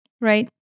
right